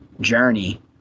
journey